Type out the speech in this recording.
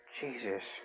Jesus